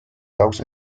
caos